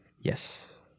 Yes